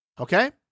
Okay